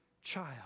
child